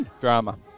Drama